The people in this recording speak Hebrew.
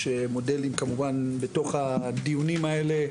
ומודלים כמובן בתוך הדיונים האלה,